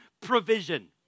provision